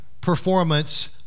performance